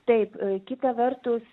taip kita vertus